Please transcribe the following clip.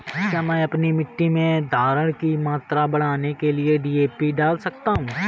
क्या मैं अपनी मिट्टी में धारण की मात्रा बढ़ाने के लिए डी.ए.पी डाल सकता हूँ?